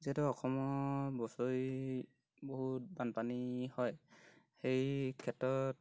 যিহেতু অসমৰ বছৰি বহুত বানপানী হয় সেই ক্ষেত্ৰত